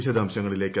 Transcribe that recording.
വിശദാംശങ്ങളിലേക്ക്